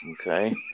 Okay